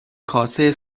کاسه